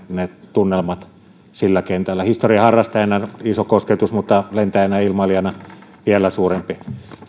tunnelmat sillä kentällä historian harrastajana iso kosketus mutta lentäjänä ja ilmailijana vielä suurempi